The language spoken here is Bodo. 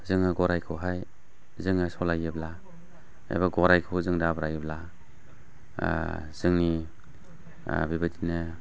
जोङो गराइखौहाय जोङो सालायोब्ला एबा गराइखौ जों दाब्रायोब्ला जोंनि बेबायदिनो